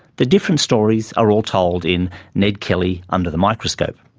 the different stories are all told in ned kelly under the microscope.